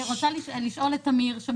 טמיר כהן,